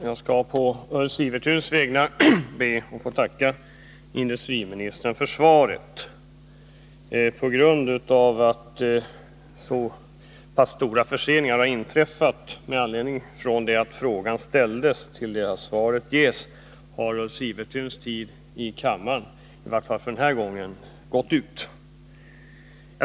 Herr talman! På Ulf Sivertuns vägnar ber jag att få tacka industriministern för svaret. På grund av att så stora förseningar i avlämnandet av svaret inträffat har Ulf Sivertuns tid som ersättare löpt ut, i varje fall för den här gången.